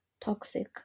toxic